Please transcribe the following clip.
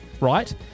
right